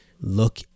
look